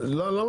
לך,